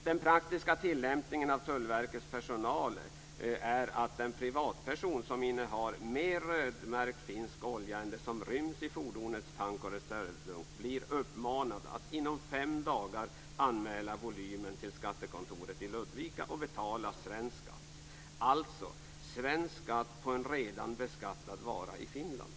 Den praktiska tillämpning som görs av Tullverkets personal är att den privatperson som innehar mer rödmärkt finsk olja än vad som ryms i fordonets tank och reservdunk blir uppmanad att inom fem dagar anmäla volymen till skattekontoret i Ludvika och betala svensk skatt; alltså svensk skatt för en vara som redan beskattats i Finland.